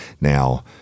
Now